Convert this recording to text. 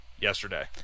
yesterday